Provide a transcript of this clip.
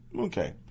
Okay